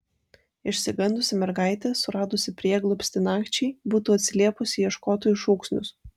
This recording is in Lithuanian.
išsigandusi mergaitė suradusi prieglobstį nakčiai būtų atsiliepusi į ieškotojų šūksnius